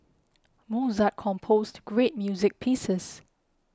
Mozart composed great music pieces